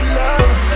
love